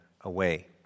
away